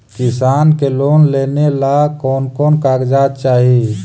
किसान के लोन लेने ला कोन कोन कागजात चाही?